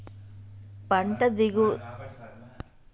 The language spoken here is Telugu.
పంట ఎదుగుదలకి సేంద్రీయ ఎరువులు వాడచ్చా?